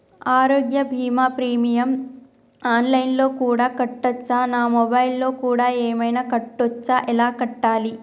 ఆరోగ్య బీమా premium online లో కూడా కట్టచ్చా? నా మొబైల్లో కూడా ఏమైనా కట్టొచ్చా? ఎలా కట్టాలి?